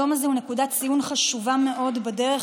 היום הזה הוא נקודת ציון חשובה מאוד בדרך